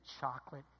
chocolate